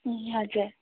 ए हजुर